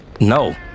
No